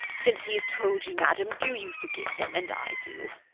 since he has told you, madam, do you forgive him, and i do.